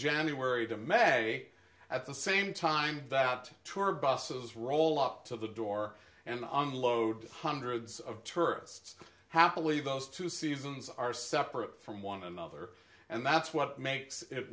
january to may at the same time that tour buses roll up to the door and on the loads hundreds of tourists happily those two seasons are separate from one another and that's what makes it